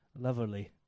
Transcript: Lovely